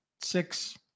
six